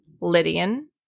Lydian